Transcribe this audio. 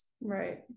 right